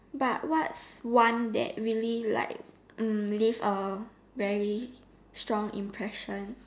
but what's one that really like mm leave a very strong impression